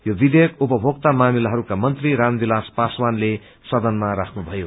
यो विषेयक उपभोक्ता मामिलाहरूका मन्त्र रामविलास पासवानले सदनमा राख्नुभयो